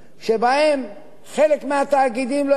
בגלל קשיים של העיריות שמימנו אותם.